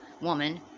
woman